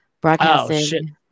broadcasting